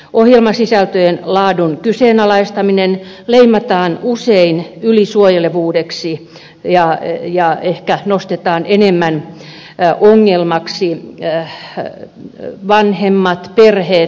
ohjelmasisältöjen laadun kyseenalaistaminen leimataan usein ylisuojelevuudeksi ja ehkä nostetaan enemmän ongelmaksi vanhemmat perheet